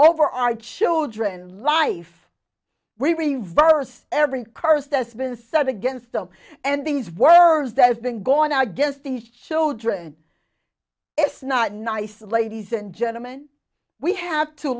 over our children life we reverse every curse that's been set against them and these words that have been going i guess the children it's not nice ladies and gentleman we have to